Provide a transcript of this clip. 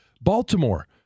Baltimore